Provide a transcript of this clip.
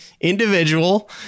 individual